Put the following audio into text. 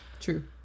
True